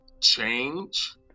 change